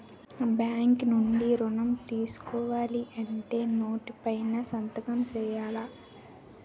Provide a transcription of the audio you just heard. bank నుండి ఋణం తీసుకోవాలంటే నోటు పైన సంతకం సేయాల